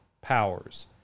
powers